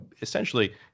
essentially